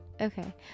Okay